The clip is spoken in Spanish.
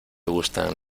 gustan